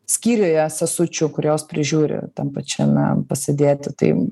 skyriuje sesučių kurios prižiūri tam pačiame pasidėti tai